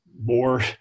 more